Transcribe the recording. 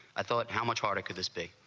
i thought, how much harder could this be?